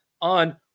on